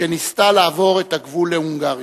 כשניסתה לעבור את הגבול להונגריה.